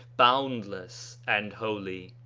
boundless and holy.